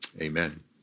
Amen